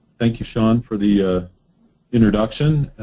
thank you sean for the introduction.